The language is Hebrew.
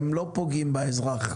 הן לא פוגעות באזרח,